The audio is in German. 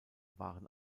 waren